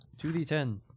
2D10